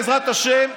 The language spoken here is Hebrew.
בעזרת השם,